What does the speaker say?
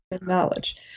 knowledge